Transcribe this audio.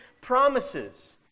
promises